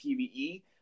pve